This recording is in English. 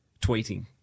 tweeting